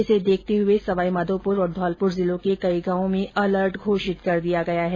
इसे देखते हुए सवाईमाघोपुर और धौलपुर जिलों के कई गांवों में अलर्ट घोषित कर दिया गया है